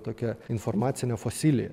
tokia informacinė fosilija